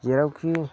जेरावखि